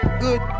good